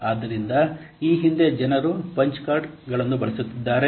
ಆದ್ದರಿಂದ ಹಿಂದೆ ಜನರು ಪಂಚ್ ಕಾರ್ಡ್ಗಳನ್ನು ಬಳಸುತ್ತಿದ್ದಾರೆ